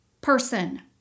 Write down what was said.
person